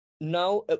Now